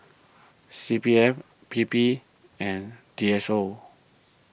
C P F P P and D S O